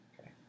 Okay